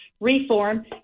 reform